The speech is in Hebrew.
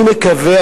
אני מקווה,